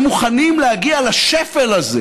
אמרו לנו: